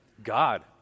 God